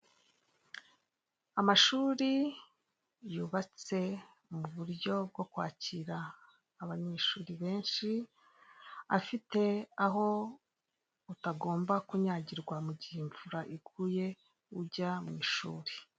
Amashuri yubatse mu buryo bwo kwakira abanyeshuri benshi afite aho utagomba kunyagirwa mu gihe imvura iguye ujya mu ishuri.